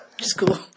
School